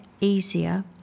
easier